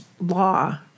law